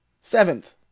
Seventh